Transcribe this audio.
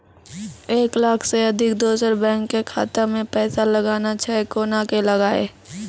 एक लाख से अधिक दोसर बैंक के खाता मे पैसा लगाना छै कोना के लगाए?